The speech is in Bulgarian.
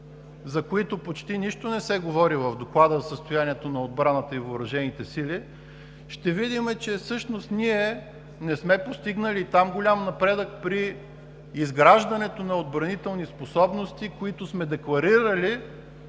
за които почти нищо не се говори в Доклада за състоянието на отбраната и въоръжените сили, ще видим, че всъщност ние не сме постигнали голям напредък и при изграждането на отбранителни способности, които сме декларирали